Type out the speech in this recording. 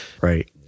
right